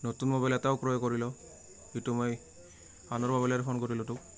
নতুন মোবাইল এটাও ক্ৰয় কৰি লওঁ এইটো মই আনৰ মোবাইলেৰে ফোন কৰিলোঁ তোক